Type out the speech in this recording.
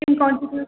SIM कौन सी थी